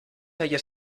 haya